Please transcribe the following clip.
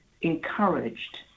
encouraged